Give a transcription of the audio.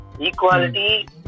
Equality